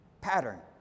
Pattern